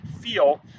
feel